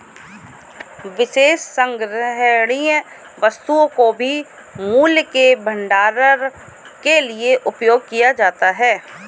विशेष संग्रहणीय वस्तुओं को भी मूल्य के भंडारण के लिए उपयोग किया जाता है